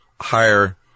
higher